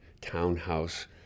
townhouse